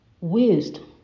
Wisdom